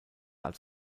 als